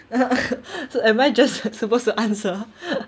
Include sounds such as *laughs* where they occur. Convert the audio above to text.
*laughs* so am I just supposed to answer